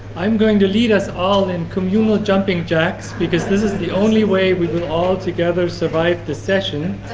i'm going to lead us all in communal jumping jacks, because this is the only way we will all together survive the session.